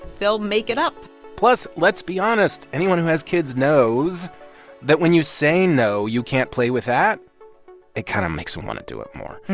they'll make it up plus, let's be honest. anyone who has kids knows that when you say no you can't play with that it kind of makes them want to do it more.